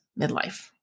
midlife